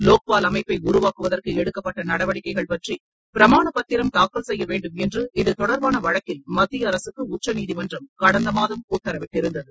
லோக்பால் அமைப்பை உருவாக்குவதற்கு எடுக்கப்பட்ட நடவடிக்கைகள் பற்றி பிரமாணப் பத்திரம் தாக்கல் செய்ய வேண்டுமென்று இது தொடர்பான வழக்கில் மத்திய அரசுக்கு உச்சநீதிமன்றம் கடந்த மாதம் உத்தரவிட்டிருந்தது